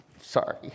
sorry